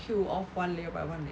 peel of one layer by one